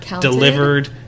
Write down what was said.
delivered